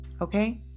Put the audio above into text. okay